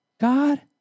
God